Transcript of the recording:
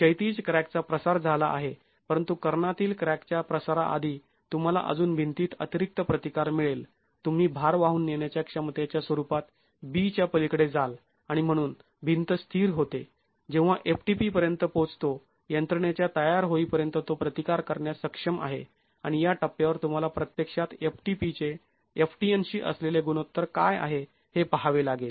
क्षैतिज क्रॅकचा प्रसार झाला आहे परंतु कर्णातील क्रॅकच्या प्रसाराआधी तुम्हाला अजून भिंतीत अतिरिक्त प्रतिकार मिळेल तुम्ही भार वाहून नेण्याच्या क्षमतेच्या स्वरूपात b च्या पलीकडे जाल आणि म्हणून भिंत स्थिर होते जेव्हा ftp पर्यंत पोहचतो यंत्रणेच्या तयार होईपर्यंत तो प्रतिकार करण्यास सक्षम आहे आणि या टप्प्यावर तुम्हाला प्रत्यक्षात ftp चे ftn शी असलेले गुणोत्तर काय आहे हे पहावे लागेल